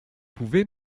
pouvez